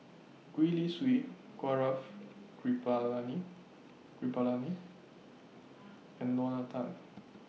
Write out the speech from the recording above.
Gwee Li Sui Gaurav Kripalani Kripalani and Lorna Tan